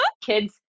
kids